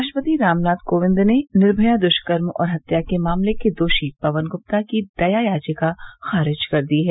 राष्ट्रपति रामनाथ कोविंद ने निर्भया द्य्कर्म और हत्या मामले के दोषी पवन गुप्ता की दया याचिका खारिज कर दी है